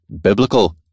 biblical